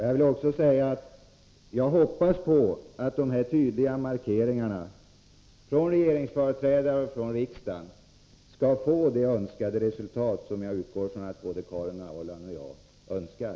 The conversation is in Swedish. j Jag hoppas att dessa tydliga markeringar från regeringens företrädare och från riksdagen skall leda till de resultat som jag utgår från att både Karin Ahrland och jag önskar.